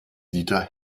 dieter